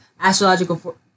astrological